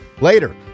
Later